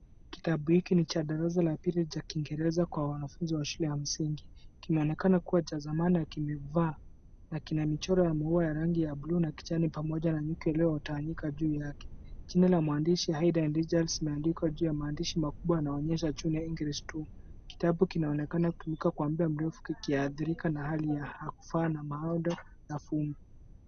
Kitabu hiki ni cha darasa la pili cha kingereza kwa wanafunzi wa shule ya msingi. Kinaonekana kuwa cha zamani na kimevaa, na kina michoro ya maua ya rangi ya buluu na kijani pamoja na nyuki waliotandikwa juu yake. Jina la mwandishi Haydn Richards limeandikwa juu ya maandishi makubwa yanayoonyesha Junior English 2 . Kitabu kinaonekana kutumika kwa muda mrefu kikiathirika na hali ya kuvaa na maodo na vumbi.